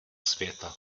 světa